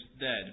dead